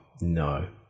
no